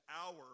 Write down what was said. hour